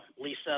Lisa